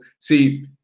See